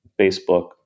Facebook